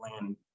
land